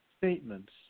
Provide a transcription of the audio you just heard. statements